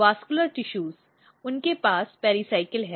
vascular tissue उनके पास pericycle है